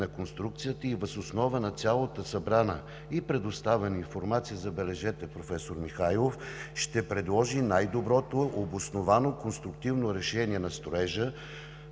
на конструкцията и въз основа на цялата събрана и предоставена информация, забележете, професор Михайлов, ще предложи най-доброто и обосновано конструктивно решение на строежа,